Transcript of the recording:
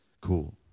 Cool